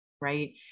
right